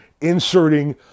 inserting